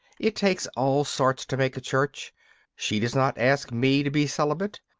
it takes all sorts to make a church she does not ask me to be celibate.